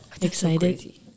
excited